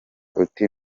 uti